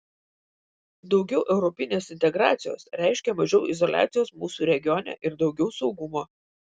daugiau europinės integracijos reiškia mažiau izoliacijos mūsų regione ir daugiau saugumo